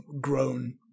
grown